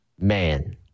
man